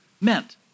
meant